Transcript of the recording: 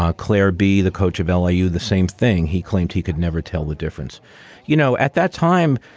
ah claire, be the coach of lsu, the same thing. he claimed he could never tell the difference you know, at that time,